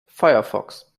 firefox